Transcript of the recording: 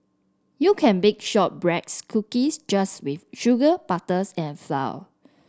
you can bake shortbreads cookies just with sugar butters and flour